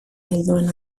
helduen